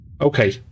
Okay